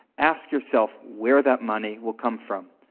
ask yourself where that money will come from.